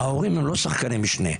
ההורים הם לא שחקני משנה.